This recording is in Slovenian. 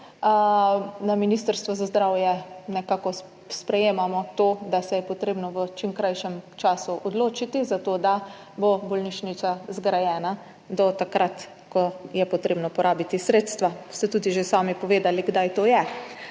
Na Ministrstvu za zdravje nekako sprejemamo to, da se je potrebno v čim krajšem času odločiti, zato da bo bolnišnica zgrajena do takrat, ko je potrebno porabiti sredstva, ste tudi že sami povedali, kdaj to je.